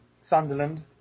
Sunderland